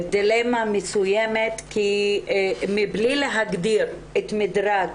בדילמה מסוימת, כי מבלי להגדיר את מדרג